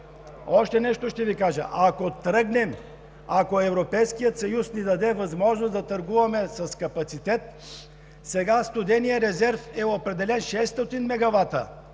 Още нещо ще Ви кажа. Ако тръгнем, ако Европейският съюз ни даде възможност да търгуваме с капацитет, сега студеният резерв е определен – 600 мегавата,